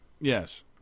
yes